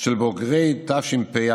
של בוגרי תש"ף,